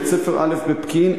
בית-ספר א' בפקיעין,